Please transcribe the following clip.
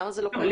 למה זה לא קיים?